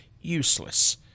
useless